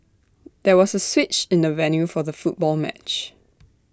there was A switch in the venue for the football match